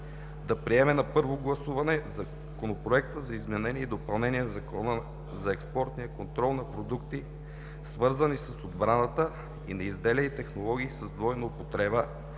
да приеме на първо гласуване Законопроекта за изменение и допълнение на Закона за експортния контрол на продукти, свързани с отбраната, и на изделия и технологии с двойна употреба,